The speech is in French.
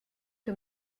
que